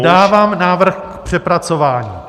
Dávám návrh k přepracování.